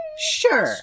sure